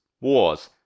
wars